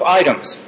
items